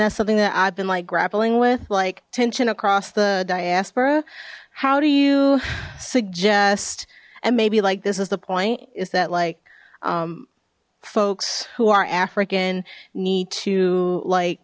that's something that i've been like grappling with like tension across the diaspora how do you suggest and maybe like this is the point is that like folks who are african need to like